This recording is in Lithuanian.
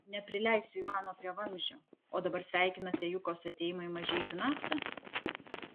neprileisiu ivano prie vamzdžio o dabar sveikinate jukos atėjimą į mažeikių naftą